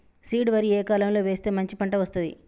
Seed వరి ఏ కాలం లో వేస్తే మంచి పంట వస్తది?